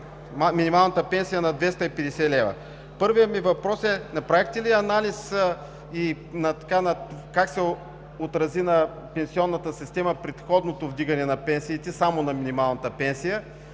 минималната пенсия на 250 лв. Първият ми въпрос е: направихте ли анализ как се отрази на пенсионната система предходното вдигане на пенсиите, само на минималната пенсия,